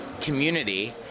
community